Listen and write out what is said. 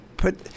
put